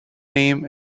name